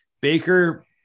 Baker